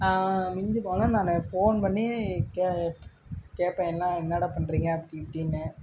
மிஞ்சி போனால் நான் ஃபோன் பண்ணி கேட்பேன் என்ன என்னடா பண்ணுறீங்க அப்படி இப்படின்னு